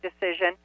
decision